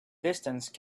distance